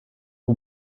que